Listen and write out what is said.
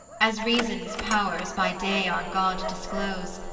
as reason's pow'rs by day our god disclose,